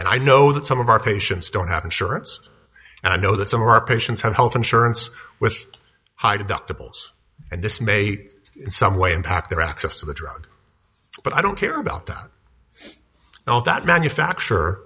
and i know that some of our patients don't have insurance and i know that some of our patients have health insurance with high deductibles and this may in some way impact their access to the drug but i don't care about that now that manufacture